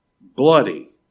bloody